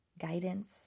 guidance